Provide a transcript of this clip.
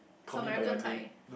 American kind